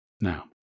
Now